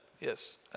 Yes